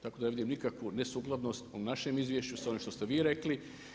Tako da ne vidim nikakvu nesukladnost u našem izvješću sa ovim što ste vi rekli.